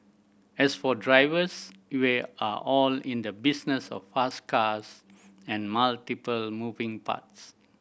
as for drivers we are all in the business of fast cars and multiple moving parts